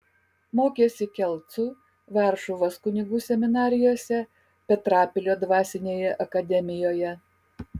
mokėsi kelcų varšuvos kunigų seminarijose petrapilio dvasinėje akademijoje